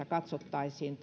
katsottaisiin